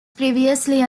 previously